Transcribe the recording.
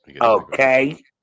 okay